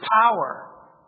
power